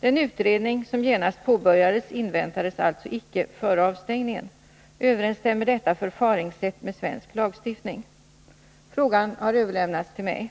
Den utredning som genast påbörjades inväntades alltså icke före avstängningen. Överensstämmer detta förfaringssätt med svensk lagstiftning?” Frågan har överlämnats till mig.